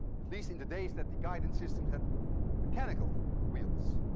at least in the days that the guidance systems had mechanical wheels.